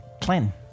plan